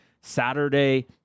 Saturday